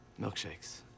Milkshakes